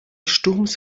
sturmes